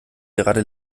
gerade